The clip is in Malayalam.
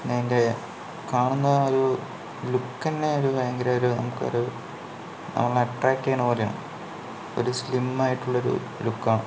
പിന്നെ അതിൻ്റെ കാണുന്ന ആ ഒരു ലുക്ക് തന്നെ ഒരു ഭയങ്കര ഒരു നമുക്ക് ഒരു നമ്മുടെ അട്രാക്റ്റ് ചെയ്യണ പോലെയാണ് ഒരു സ്ലിം ആയിട്ടുള്ള ഒരു ലുക്കാണ്